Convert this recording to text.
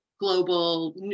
Global